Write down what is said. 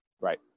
right